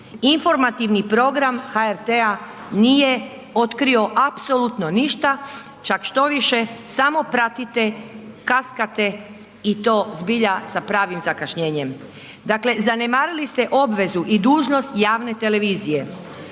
informativni program HRT-a nije otkrio apsolutno ništa, čak štoviše samo pratite, kaskate i to zbilja sa pravim zakašnjenjem. Dakle, zanemarili ste obvezu i dužnost javne televizije